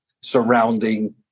surrounding